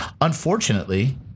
Unfortunately